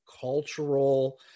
cultural